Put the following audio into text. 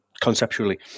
conceptually